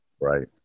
Right